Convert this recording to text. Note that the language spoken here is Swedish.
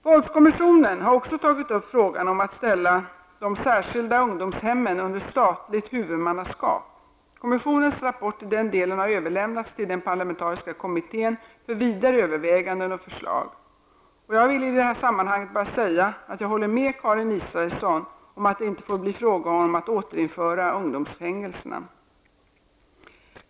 Våldskommissionen har också tagit upp frågan om att ställa de särskilda ungdomshemmen under statligt huvudmannaskap. Kommissionens rapport i den delen har överlämnats till den parlamentariska kommittén för vidare överväganden och förslag. Jag vill i detta sammanhang bara säga att jag håller med Karin Israelsson om att det inte får bli fråga om att återinföra ungdomsfängelserna.